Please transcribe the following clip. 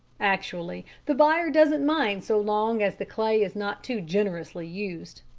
actually the buyer doesn't mind so long as the clay is not too generously used.